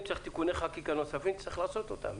אם צריך תיקוני חקיקה נוספים צריך לעשות אותם.